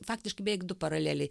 faktiškai beveik du paraleliai